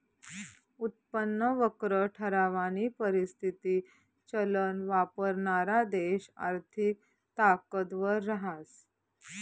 उत्पन्न वक्र ठरावानी परिस्थिती चलन वापरणारा देश आर्थिक ताकदवर रहास